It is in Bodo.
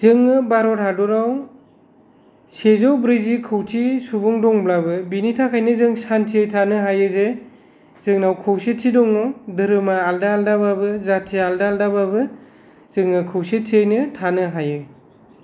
जोङो भारत हादराव सेजौ ब्रैजि कौति सुबुं दंब्लाबो बेनि थाखायनो जों सान्थियै थानो हायो जे जोंनाव खौसेथि दङ धोरोमआ आलादा आलादाबाबो जाथिया आलादा आलादाबाबो जोङो खौसेथियैनो थानो हायो